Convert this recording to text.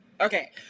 Okay